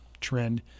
trend